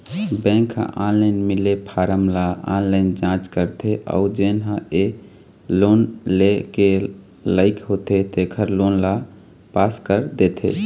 bank ह online मिले form ल ऑनलाईन जाँच करथे अउ जेन ह ए लोन लेय के लइक होथे तेखर लोन ल पास कर देथे